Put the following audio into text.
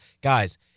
guys